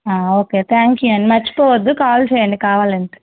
okay thank you అండి మర్చిపోవద్దు call చెయ్యండి కావాలంటే